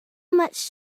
much